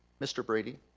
mr. brady,